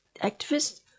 activists